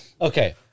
Okay